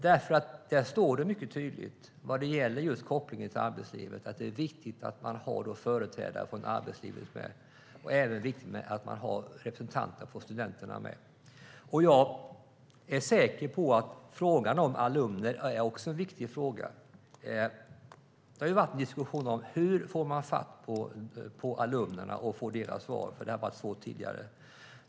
Där står det mycket tydligt vad gäller just kopplingen till arbetslivet att det är viktigt att man har företrädare för arbetslivet med och att det även är viktigt att man har representanter från studenterna med. Jag är säker på att frågan om alumner också är en viktig fråga. Det har ju förts en diskussion om hur man får fatt på alumnerna och får deras svar eftersom det har varit svårt tidigare.